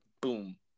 boom